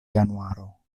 januaro